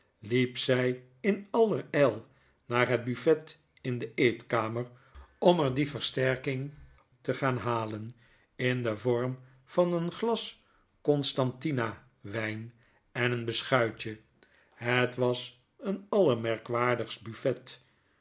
liep zij in allerijl naar het buffet in de eetkamer om er die versterking te gaanhalen in den vorm van een glas constantia wijn en een beschuitje het was een allermerkwaardigst buffet